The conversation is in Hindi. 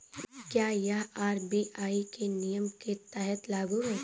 क्या यह आर.बी.आई के नियम के तहत लागू है?